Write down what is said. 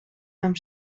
amb